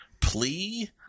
plea